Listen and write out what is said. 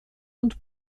und